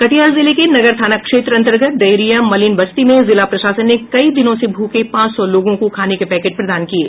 कटिहार जिले के नगर थाना क्षेत्र अन्तर्गत डहेरिया मलिन बस्ती में जिला प्रशासन ने कई दिनों से भूखे पांच सौ लोगों को खाने के पैकेट प्रदान किये